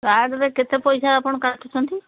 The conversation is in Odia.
କାର୍ଡରେ କେତେ ପଇସା ଆପଣ କାଟୁଛନ୍ତି